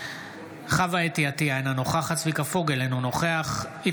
אינו נוכח חוה אתי עטייה,